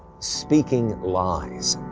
speaking lies.